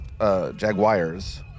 Jaguars